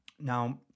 now